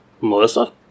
Melissa